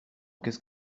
qu’est